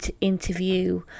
interview